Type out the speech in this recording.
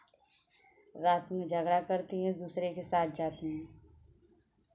रात में झगड़ा करती हैं दूसरे के साथ जाती हैं